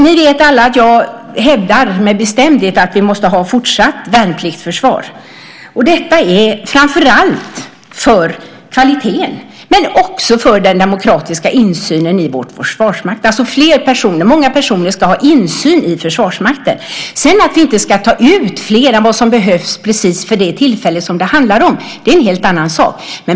Ni vet alla att jag med bestämdhet hävdar att vi måste ha ett fortsatt värnpliktsförsvar. Det är framför allt för kvalitetens skull, men också för den demokratiska insynen i vår försvarsmakt. Många personer ska ha insyn i Försvarsmakten. Att vi inte ska ta ut fler än vad som behövs för tillfället är en helt annan sak.